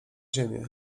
ziemię